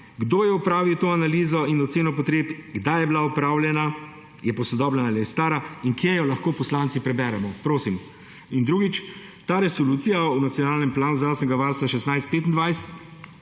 Kdo je opravil to analizo in oceno potreb? Kdaj je bila opravljena? Je posodobljena ali je stara? In kje jo lahko poslanci preberemo? Prosim. In drugič. Ta Resolucija o nacionalnem planu zdravstvenega